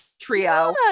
trio